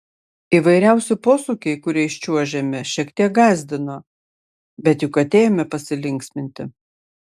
įvairiausi posūkiai kuriais čiuožėme šiek tiek gąsdino bet juk atėjome pasilinksminti